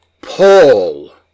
Paul